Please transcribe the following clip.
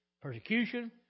persecution